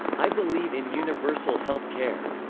i believe in universal health care.